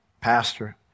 pastor